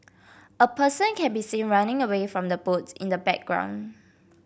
a person can be seen running away from the boat in the background